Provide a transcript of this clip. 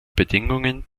bedingungen